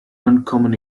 uncommon